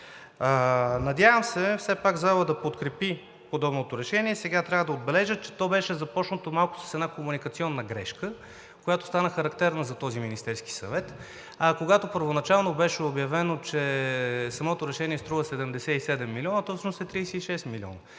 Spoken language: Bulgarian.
Надявам се все пак залата да подкрепи подобното решение. Сега трябва да отбележа, че то беше започнато с една комуникационна грешка, която стана характерна за този Министерски съвет. Когато първоначално беше обявено, че самото решение струва 77 милиона – то всъщност е 36 милиона;